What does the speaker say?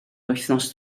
wythnos